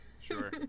Sure